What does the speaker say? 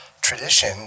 tradition